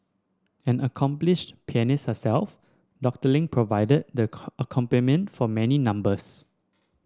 an accomplished pianist herself Doctor Ling provided the accompaniment for many numbers